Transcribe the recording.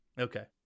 Okay